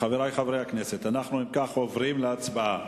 חברי חברי הכנסת, אנחנו אם כך עוברים להצבעה.